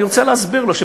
אני רוצה להסביר לו,